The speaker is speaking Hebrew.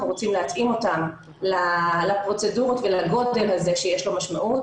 אנחנו רוצים להתאים אותם לפרוצדורות ולגודל הזה שיש לו משמעות.